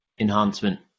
enhancement